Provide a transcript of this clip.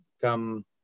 come